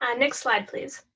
and next slide, please.